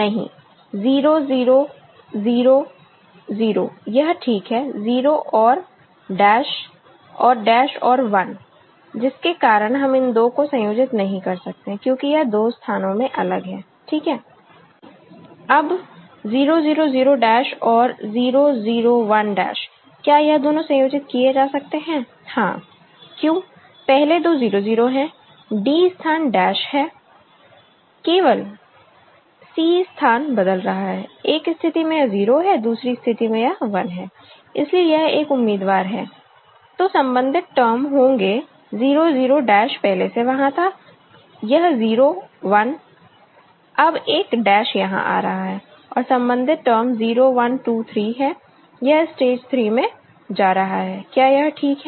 नहीं 0 0 0 0 यह ठीक है 0 और डैश और डैश और 1 जिसके कारण हम इन दो को संयोजित नहीं कर सकते हैं क्योंकि यह दो स्थानों में अलग है ठीक है अब 0 0 0 डैश और 0 0 1 डैश क्या यह दोनों संयोजित किए जा सकते हैं हां क्यों पहले दो 0 0 हैं D स्थान डैश है केवल C स्थान बदल रहा है एक स्थिति में यह 0 है दूसरी स्थिति में यह 1 है इसलिए यह एक उम्मीदवार है तो संबंधित टर्म होंगे 0 0 डैश पहले से वहां था यह 0 1 अब एक डैश यहां आ रहा है और संबंधित टर्म 0 1 2 3 है यह स्टेज 3 में जा रहा है क्या यह ठीक है